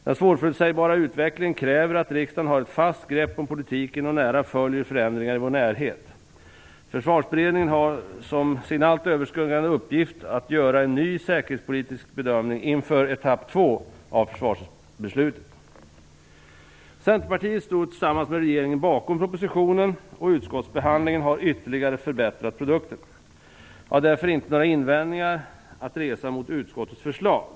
Den svårförutsebara utvecklingen kräver att riksdagen har ett fast grepp om politiken och nära följer förändringar i vår närhet. Försvarsberedningen har som sin allt överskuggande uppgift att göra en ny säkerhetspolitisk bedömning inför etapp 2 Centerpartiet stod tillsammans med regeringen bakom propositionen, och utskottsbehandlingen har ytterligare förbättrat produkten. Jag har därför inte några invändningar att resa mot utskottets förslag.